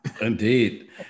Indeed